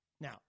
Now